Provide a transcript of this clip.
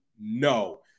no